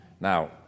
Now